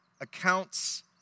accounts